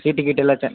seat ಗೀಟು ಎಲ್ಲ ಚನ್ನ